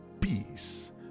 peace